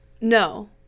No